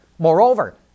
Moreover